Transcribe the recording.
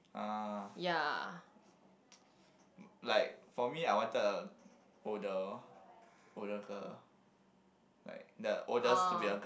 ya ah